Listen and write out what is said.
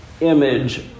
image